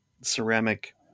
ceramic